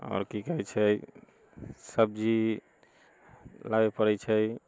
आओर की कहैत छै सब्जी लाबैके पड़ैत छै